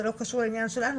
זה לא קשור לעניין שלנו,